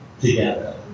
together